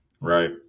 right